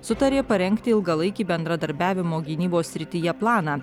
sutarė parengti ilgalaikį bendradarbiavimo gynybos srityje planą